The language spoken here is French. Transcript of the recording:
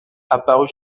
apparut